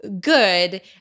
good